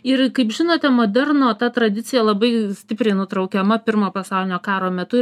ir kaip žinote moderno ta tradicija labai stipriai nutraukiama pirmo pasaulinio karo metu